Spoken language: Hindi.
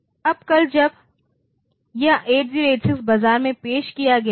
अब कल जब यह 8086 बाजार में पेश किया गया था